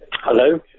Hello